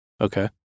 Okay